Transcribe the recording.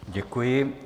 Děkuji.